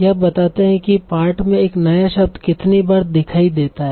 यह बताते है कि पाठ में एक नया शब्द कितनी बार दिखाई देता है